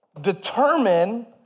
determine